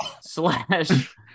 slash